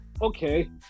okay